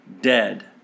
dead